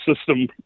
system